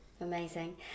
Amazing